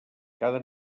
cada